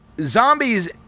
Zombies